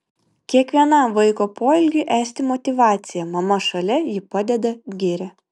kiekvienam vaiko poelgiui esti motyvacija mama šalia ji padeda giria